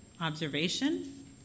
observation